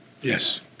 Yes